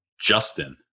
Justin